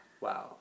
wow